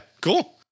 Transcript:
Cool